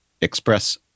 express